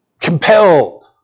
Compelled